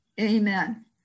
Amen